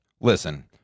Listen